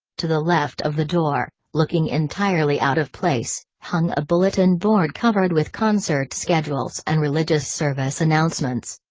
to the left of the door, looking entirely out of place, hung a bulletin board covered with concert schedules and religious service announcements.